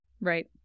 Right